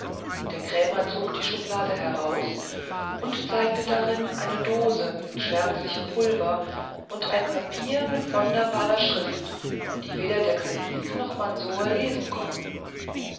der krämer zog die schublade heraus und zeigte darin eine dose mit schwärzlichem pulver und ein papier mit sonderbarer schrift die weder der kalife noch mansor lesen konnten